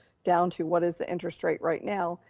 down to what is the interest rate right now,